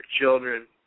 children